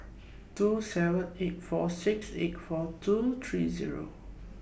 two seven eight four six eight four two three Zero